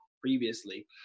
previously